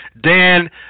Dan